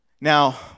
Now